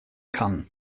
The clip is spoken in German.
kann